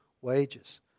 wages